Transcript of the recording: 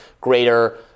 greater